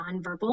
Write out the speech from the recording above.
nonverbal